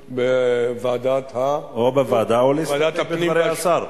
בוועדת --- או בוועדה או להסתפק בדברי השר.